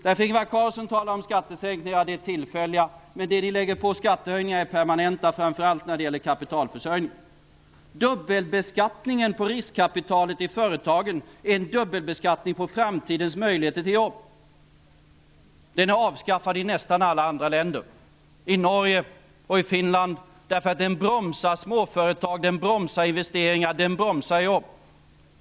Ingvar Carlsson talar om tillfälliga skattesänkningar men de skattehöjningar som ni vill göra blir permanenta, framför allt när det gäller kapitalförsörjningen. Dubbelbeskattningen på riskkapitalet i företagen är en dubbelbeskattning på framtidens möjligheter till jobb. Den är avskaffad i nästan alla andra länder, t.ex. i Norge och i Finland, därför att den bromsar småföretag, investeringar och jobb.